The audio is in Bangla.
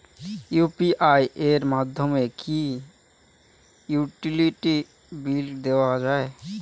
ইউ.পি.আই এর মাধ্যমে কি ইউটিলিটি বিল দেওয়া যায়?